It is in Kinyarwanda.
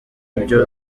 byo